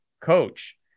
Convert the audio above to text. coach